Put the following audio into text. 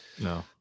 No